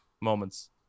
moments